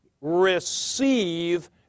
receive